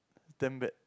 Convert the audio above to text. damn bad